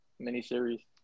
miniseries